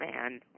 man